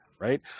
right